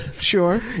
sure